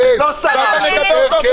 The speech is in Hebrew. כן, אם הוא עשה ככה הוא סרח.